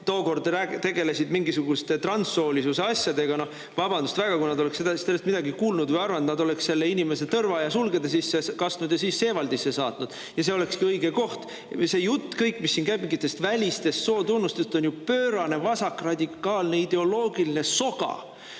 tookord tegelesid mingisuguste transsoolisuse asjadega – noh, vabandust väga! Kui nad oleks sellest midagi kuulnud või arvanud, nad oleks selle inimese tõrva ja sulgede sisse kastnud ja siis Seewaldisse saatnud. Ja see olekski õige koht! See jutt kõik, mis siin käib, mingitest välistest sootunnustest on ju pöörane vasakradikaalne ideoloogiline soga.